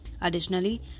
Additionally